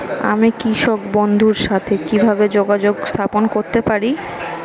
আমি কৃষক বন্ধুর সাথে কিভাবে যোগাযোগ স্থাপন করতে পারি?